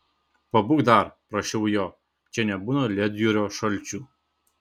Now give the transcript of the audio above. pabūk dar prašiau jo čia nebūna ledjūrio šalčių